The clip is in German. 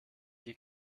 die